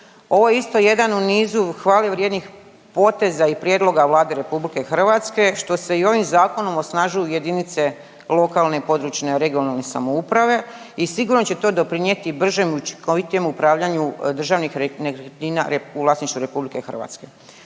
Ovo je isto jedan u nizu hvale vrijednih poteza i prijedloga Vlade RH što se i ovim zakonom osnažuju jedinice lokalne i područne (regionalne) samouprave i sigurno će to doprinijeti bržem i učinkovitijem upravljanju državnih nekretnina u vlasništvu RH. Pa kao